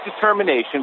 determination